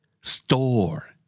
Store